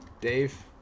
Dave